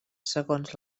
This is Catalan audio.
segons